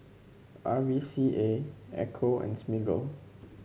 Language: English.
R V C A Ecco and Smiggle